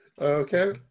Okay